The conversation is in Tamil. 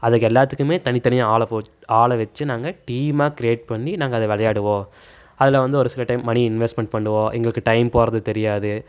அதுக்கு எல்லாத்துக்குமே தனித்தனியாக ஆளை போட் ஆளை வச்சி நாங்கள் டீம்மாக க்ரியேட் பண்ணி நாங்கள் அதை விளையாடுவோம் அதில் வந்து ஒரு சில டைம் மணி இன்வெஸ்ட்மென்ட் பண்ணுவோம் எங்களுக்கு டைம் போகிறது தெரியாது